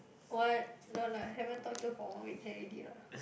what no lah haven't talked to for one weekend already lah